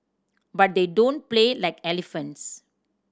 but they don't play like elephants